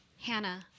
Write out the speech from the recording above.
Hannah